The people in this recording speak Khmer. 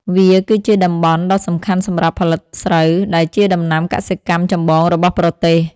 វាគឺជាតំបន់ដ៏សំខាន់សម្រាប់ផលិតស្រូវ ដែលជាដំណាំកសិកម្មចម្បងរបស់ប្រទេស។